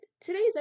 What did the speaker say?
today's